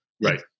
Right